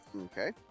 Okay